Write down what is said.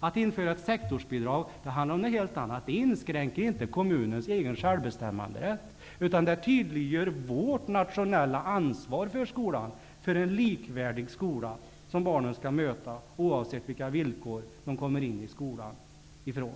Att införa ett sektorsbidrag handlar om något helt annat. Det inskränker inte kommunens egen självbestämmanderätt. Det tydliggör vårt nationella ansvar för skolan, för en likvärdig skola som barnen skall möta oavsett vilka villkor som de kommer från.